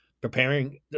preparing